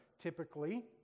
typically